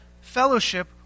fellowship